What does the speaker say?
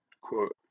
quote